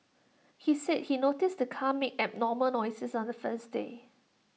he said he noticed the car made abnormal noises on the first day